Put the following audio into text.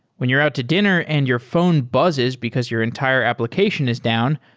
when you're out to dinner and your phone buzzes because your entire application is down,